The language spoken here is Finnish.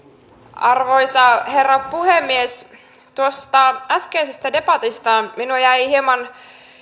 arvoisa herra puhemies tuosta äskeisestä debatista minua jäi hieman